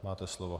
Máte slovo.